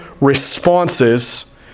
responses